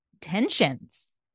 tensions